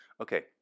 okay